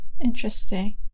Interesting